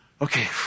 Okay